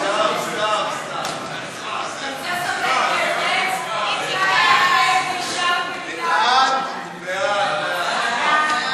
שסוף-סוף היא עניינית והיא בעד החוק.